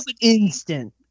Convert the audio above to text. instant